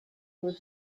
was